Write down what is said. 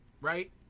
Right